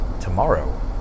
tomorrow